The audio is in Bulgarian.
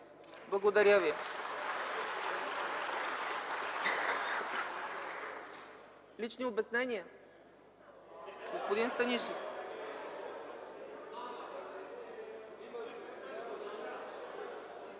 Благодаря Ви. Лично обяснение? Господин Станишев.